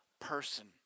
person